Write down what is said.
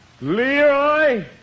Leroy